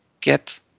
get